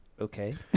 Okay